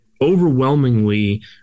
overwhelmingly